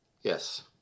Yes